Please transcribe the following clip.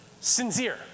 sincere